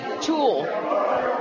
tool